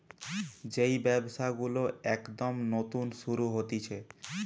যেই ব্যবসা গুলো একদম নতুন শুরু হতিছে